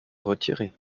retiré